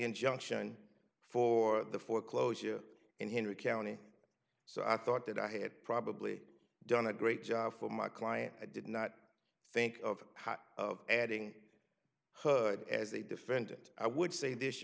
injunction for the foreclosure and henry county so i thought that i had probably done a great job for my client i did not think of adding good as a defendant i would say this you